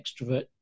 extrovert